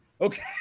Okay